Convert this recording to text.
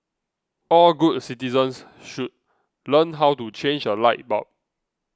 all good citizens should learn how to change a light bulb